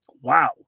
wow